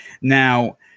Now